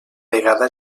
vegada